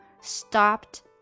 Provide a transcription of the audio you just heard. stopped